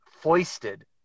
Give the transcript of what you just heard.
foisted